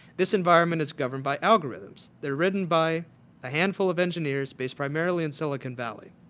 this environment is governed by algorithms. they are written by a handful of engineers based primarily in silicon valley.